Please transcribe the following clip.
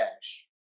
dash